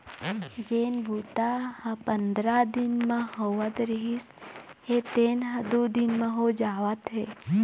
जेन बूता ह पंदरा दिन म होवत रिहिस हे तेन ह दू दिन म हो जावत हे